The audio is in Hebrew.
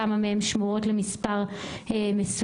כמה מהן שמורות למספר מסוים,